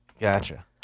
Gotcha